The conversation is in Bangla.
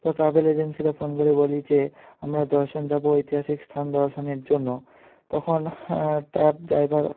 তো ট্র্যাভেল এজেন্সিতে ফোন করে বলি যে আমরা দশজন যাবো ঐতিহাসিক স্থান দর্শনের জন্য তখন ক্যাব ড্রাইভার